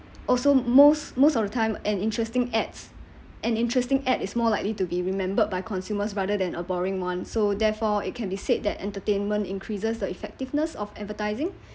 also most most of the time an interesting ads an interesting ad is more likely to be remembered by consumers rather than a boring one so therefore it can be said that entertainment increases the effectiveness of advertising